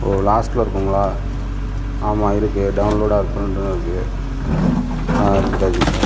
ஓ லாஸ்டில் இருக்குங்களா ஆமாம் இருக்குது டௌன்லோட் ஆர் பிரிண்ட்னு இருக்குது அதை கொடுத்தாச்சி சார்